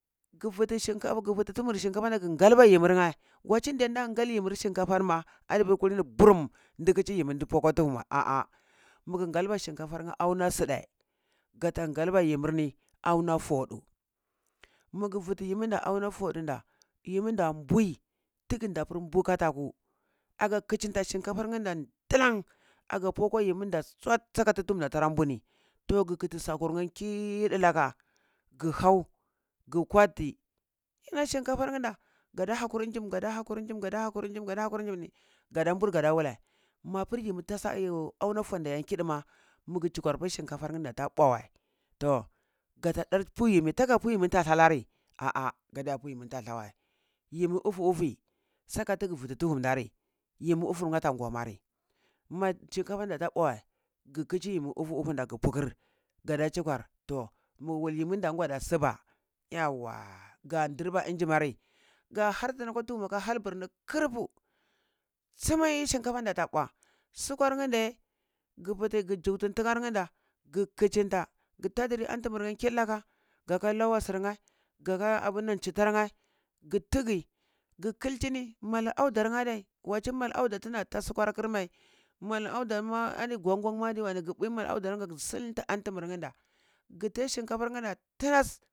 Gi viti shinkafa, gi vur tumu shinkafani gin galba yimirnye wacini de dan gal yimir shinkafar ma, adu vur kulini burum di kichi yimi di pua kwa tuhum wei ah ah mu gin galba shinkatanye auna sudai gan galba yimirni auna fodu magu vuti yiminda auna fodu da yiminda bui tiginda pur bukataku agan kichinta shinkafar nda dilan aga pua kwa yimin da suwat saka tuhum da tara bui ni to gi kiti sakurnye kiiɗu laka gihau gi kwatti shinkatu ninda gada hakuri jim gada hakuri jim gaka hakuri jim gada hakuri jim ni gada bur gada wuləi mapur yimitasa yo auna fodu ni iya nkiəu ma gir jigwar pur shinkafanda ta bua wəi, to gala dar pui yimi taga pui yimi tatha wəi yimu utuuti saka tug vutu tuhum dari yumir ufunye ta ngomari, ma shikafan da ta pua wəi gi kichi yimi ufuufu da gi pukir yada chukwar to mu wul yimir dari gwada siba yauwa gan dirba unjimari ga harta ka tuhum ka halburni krupu tsumni shinkanda ta bua, sukwarndaye, gi viti gijiktu ntakarnda gi kichimta gi tadri antum ni kidlaka gika lawasirnye gaka abinnan chittarnye gi tiyyi gi kikini mai audamye adai waci mal auda tinatha sukwar kirmai mal audar ma adi gwangwan gi bui mai duda kagi silnta antu mur nda githai shinkafarnye da tass